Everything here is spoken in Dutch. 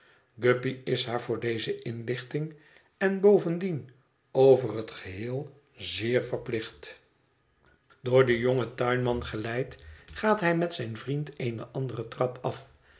guppy is haar voor deze inlichting en bovendien over het geheel zeer verplicht door den jongen tuinman geleid gaat hij met zijn vriend eene andere trap af